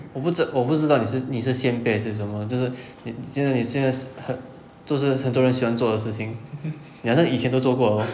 我不知我不知道你是你是先辈还是什么就是你现在你很都是很多人喜欢做的事情很像你以前都做过了 hor